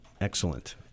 Excellent